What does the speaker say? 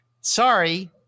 sorry